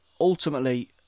Ultimately